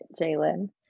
Jalen